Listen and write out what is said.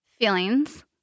feelings